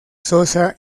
sosa